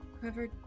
whoever